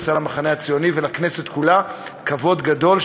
עושה למחנה הציוני ולכנסת כולה כבוד גדול,